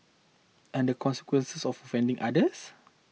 and the consequence of offending others